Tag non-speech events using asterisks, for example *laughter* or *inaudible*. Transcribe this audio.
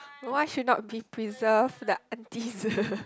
what should not be preserved the aunties *laughs*